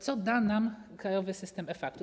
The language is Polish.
Co da nam krajowy system e-faktur?